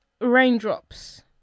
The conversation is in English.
raindrops